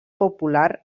popular